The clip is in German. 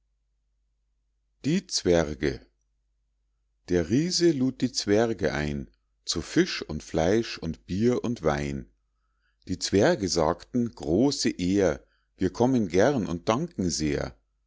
zwerge der riese lud die zwerge ein zu fisch und fleisch und bier und wein die zwerge sagten große ehr wir kommen gern und danken sehr